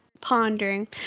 pondering